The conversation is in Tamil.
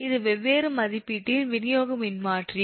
இது வெவ்வேறு மதிப்பீட்டின் விநியோக மின்மாற்றி